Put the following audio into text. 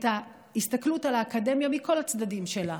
את ההסתכלות על האקדמיה מכל הצדדים שלה,